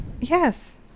Yes